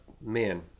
men